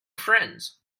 friends